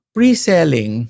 Pre-selling